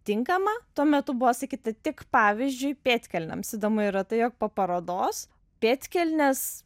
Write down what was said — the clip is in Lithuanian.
tinkama tuo metu buvo sakyta tik pavyzdžiui pėdkelnėms įdomu yra tai jog po parodos pėdkelnės